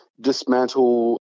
dismantle